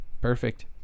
Perfect